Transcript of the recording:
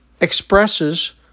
expresses